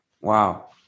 Wow